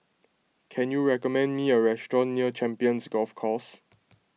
can you recommend me a restaurant near Champions Golf Course